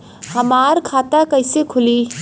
हमार खाता कईसे खुली?